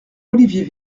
olivier